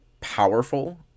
powerful